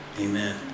Amen